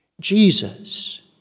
Jesus